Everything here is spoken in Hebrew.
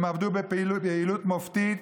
הם עבדו ביעילות מופתית,